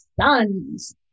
sons